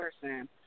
person